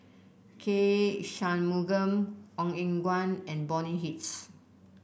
K Shanmugam Ong Eng Guan and Bonny Hicks